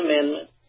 Amendment